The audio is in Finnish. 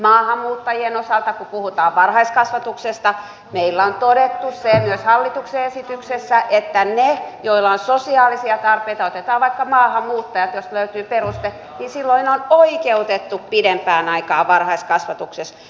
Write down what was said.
maahanmuuttajien osalta kun puhutaan varhaiskasvatuksesta meillä on todettu se myös hallituksen esityksessä että ne joilla on sosiaalisia tarpeita otetaan vaikka maahanmuuttajat jos löytyy peruste ovat silloin oikeutettuja pidempään aikaan varhaiskasvatuksessa